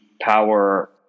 power